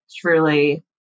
truly